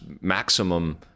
maximum